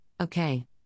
okay